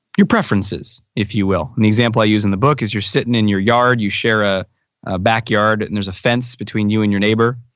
your preferences, if you will. and the example i use in the book is you're sitting in your yard. you share ah a backyard and there's a fence between you and your neighbor.